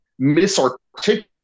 misarticulate